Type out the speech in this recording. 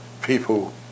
people